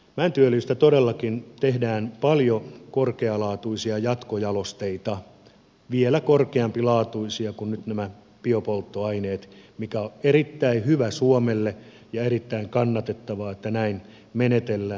mäntyöljystä todellakin tehdään paljon korkealaatuisia jatkojalosteita vielä korkeampilaatuisia kuin nyt nämä biopolttoaineet mikä on erittäin hyvä suomelle ja erittäin kannatettavaa että näin menetellään